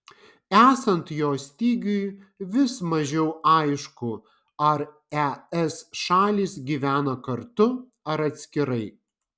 esant jo stygiui vis mažiau aišku ar es šalys gyvena kartu ar atskirai